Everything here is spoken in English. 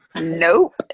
Nope